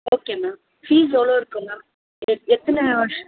okay ma'am fees எவ்வளோ இருக்கும் ma'am எத் எத்தனை வருஷ்